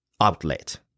outlet